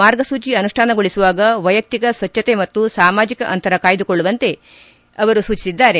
ಮಾರ್ಗಸೂಚಿ ಅನುಷ್ಠಾನಗೊಳಿಸುವಾಗ ವೈಯಕ್ತಿಕ ಸ್ವಚ್ಛತೆ ಮತ್ತು ಸಾಮಾಜಿಕ ಅಂತರ ಕಾಯ್ದುಕೊಳ್ಳುವಂತೆ ಅವರು ಸೂಚಿಸಿದ್ದಾರೆ